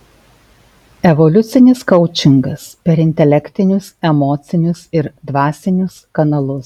evoliucinis koučingas per intelektinius emocinius ir dvasinius kanalus